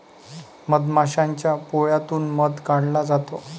मधमाशाच्या पोळ्यातून मध काढला जातो